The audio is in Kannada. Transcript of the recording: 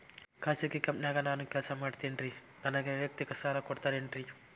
ಖಾಸಗಿ ಕಂಪನ್ಯಾಗ ನಾನು ಕೆಲಸ ಮಾಡ್ತೇನ್ರಿ, ನನಗ ವೈಯಕ್ತಿಕ ಸಾಲ ಕೊಡ್ತೇರೇನ್ರಿ?